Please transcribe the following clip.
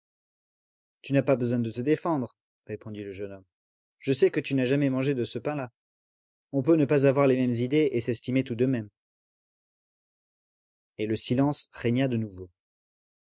tu n'as pas besoin de te défendre répondit le jeune homme je sais que tu n'as jamais mangé de ce pain-là on peut ne pas avoir les mêmes idées et s'estimer tout de même et le silence régna de nouveau